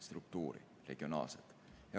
struktuuri.